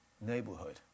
neighborhood